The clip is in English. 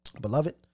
Beloved